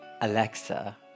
Alexa